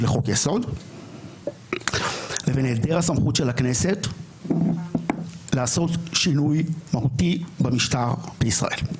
לחוק-יסוד לבין היעדר הסמכות של הכנסת לעשות שינוי מהותי במשטר בישראל.